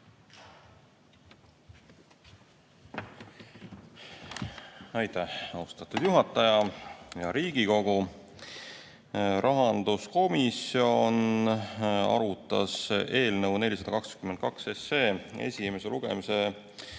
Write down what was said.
Aitäh, austatud juhataja! Hea Riigikogu! Rahanduskomisjon arutas eelnõu 422 esimese lugemise